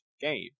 game